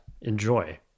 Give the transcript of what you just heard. enjoy